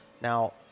Now